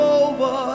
over